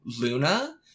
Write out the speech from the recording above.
Luna